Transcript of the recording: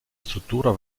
struttura